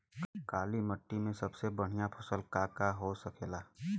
काली माटी में सबसे बढ़िया फसल का का हो सकेला?